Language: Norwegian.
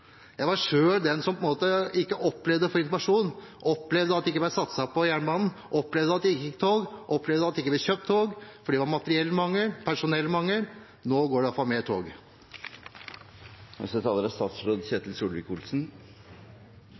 Jeg var selv den som opplevde å ikke få informasjon, opplevde at det ikke ble satset på jernbanen, opplevde at det ikke gikk tog, opplevde at det ikke ble kjøpt tog, for det var materiellmangel, personellmangel. Nå går det iallfall flere tog. Til Jernbaneverkets 20-årsjubileum: Ja, det er